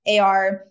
AR